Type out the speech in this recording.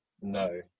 no